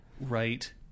Right